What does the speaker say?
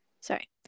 sorry